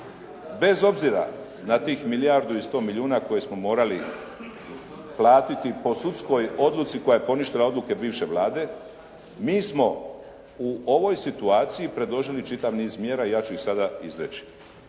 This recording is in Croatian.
Bez obzira na tih milijardu i 100 milijuna koje smo morali platiti po sudskoj odluci koja je poništila odluke bivše Vlade, mi smo u ovoj situaciji predložili čitav niz mjera i ja ću ih sada izreći.